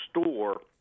store